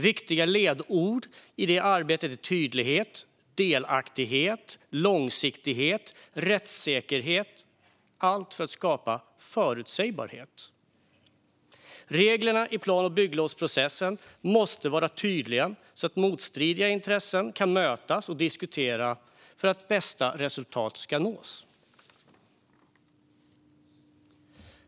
Viktiga ledord i det arbetet är tydlighet, delaktighet, långsiktighet och rättssäkerhet - allt för att skapa förutsägbarhet. Reglerna i plan och bygglovsprocessen måste vara tydliga så att motstridiga intressen kan mötas och diskutera för att bästa resultat ska nås.